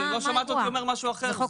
לא שמעת אותי אומר משהו אחר.